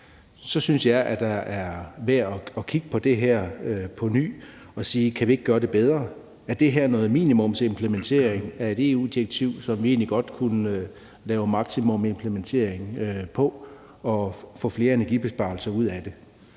så synes jeg, det er værd at kigge på det her på ny og sige: Kan vi ikke gøre det bedre? Er det her noget minimumsimplementering af et EU-direktiv, som vi egentlig godt kunne lave maksimumsimplementering på og få flere energibesparelser ud af det?